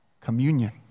communion